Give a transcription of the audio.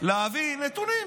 להביא נתונים.